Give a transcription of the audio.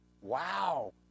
Wow